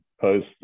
Post